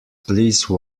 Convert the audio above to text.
please